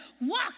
Walk